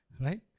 Right